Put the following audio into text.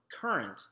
current